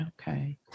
Okay